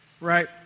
right